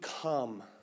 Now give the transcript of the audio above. come